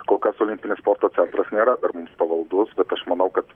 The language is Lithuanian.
kol kas olimpinis sporto centras nėra mums pavaldus bet aš manau kad